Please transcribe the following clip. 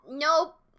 Nope